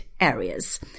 areas